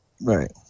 Right